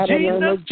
Jesus